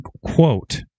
quote